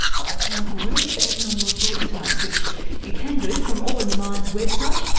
both powerful reads, email your thoughts to us which you can do from all in the mind's website,